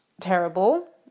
terrible